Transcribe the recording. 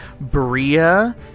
Bria